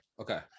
Okay